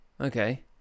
okay